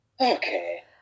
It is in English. okay